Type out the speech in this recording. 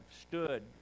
stood